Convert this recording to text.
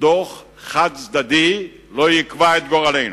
דוח חד-צדדי לא יקבע את גורלנו.